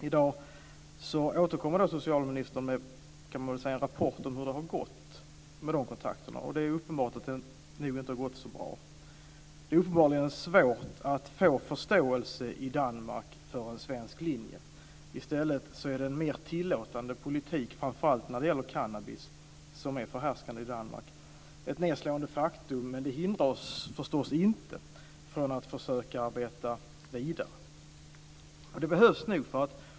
I dag återkommer socialministern med en rapport om hur det har gått med dessa kontakter, och det är uppenbart att det inte har gått så bra. Det är tydligen svårt att få förståelse i Danmark för en svensk linje. I stället är det en mer tillåtande politik, framför allt när det gäller cannabis, som är förhärskande i där. Det är en nedslående faktum, men det hindrar oss förstås inte från att arbeta vidare.